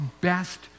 best